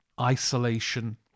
isolation